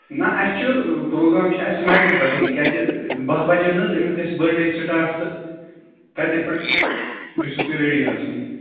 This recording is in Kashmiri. نَہ اَسہِ چھُ پرٛوگرام چھُ اَسہِ نایٹہٕ پٮ۪ٹھَے کیٛازِ بَہہ بَجَن نَہ حظ أمِس گژھِ بٔرڈے سِٹاٹ تہٕ تَتے پٮ۪ٹھ گٔژھِو تُہۍ ریٚڈی آسٕنۍ